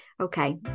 Okay